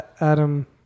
Adam